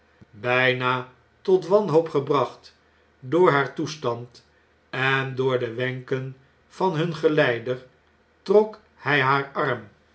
bpa tot wanhoop gebracht door haar toestand en door de wenken van hun geleider trok hij haar arm